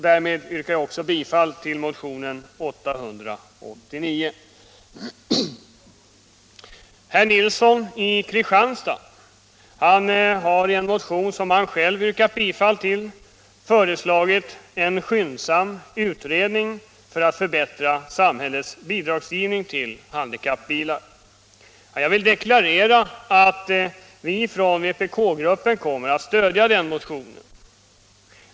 politiken politiken Herr Nilsson i Kristianstad har i en motion som han själv har yrkat bifall till föreslagit en skyndsam utredning för att förbättra samhällets bidragsgivning till handikappbilar. Jag vill deklarera att vi från vpk-gruppen kommer att stödja den motionen.